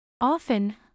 Often